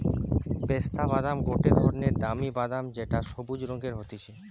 পেস্তা বাদাম গটে ধরণের দামি বাদাম যেটো সবুজ রঙের হতিছে